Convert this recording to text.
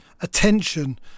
attention